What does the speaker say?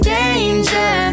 danger